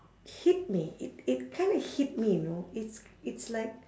hit me it it kinda hit me you know it's it's like